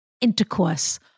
intercourse